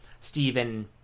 Stephen